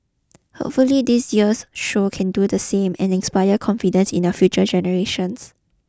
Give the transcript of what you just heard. hopefully this year's show can do the same and inspire confidence in our future generations